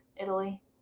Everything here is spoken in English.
Italy